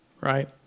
right